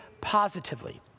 positively